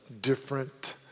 different